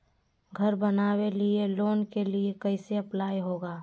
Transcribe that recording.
घर बनावे लिय लोन के लिए कैसे अप्लाई होगा?